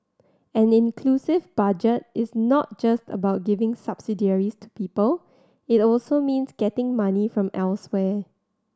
an inclusive budget is not just about giving to people it also means getting money from elsewhere